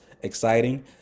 exciting